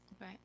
Right